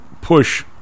push